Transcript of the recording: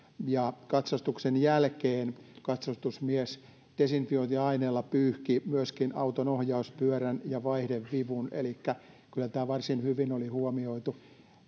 ja katsastuksen jälkeen katsastusmies desinfiointiaineella pyyhki myöskin auton ohjauspyörän ja vaihdevivun elikkä kyllä tämä varsin hyvin oli huomioitu